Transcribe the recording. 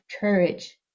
courage